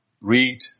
read